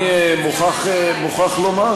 מוכרח לומר,